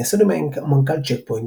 מייסד ומנכ"ל צ'ק פוינט,